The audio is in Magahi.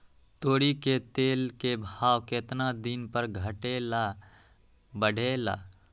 तोरी के तेल के भाव केतना दिन पर घटे ला बढ़े ला?